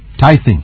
tithing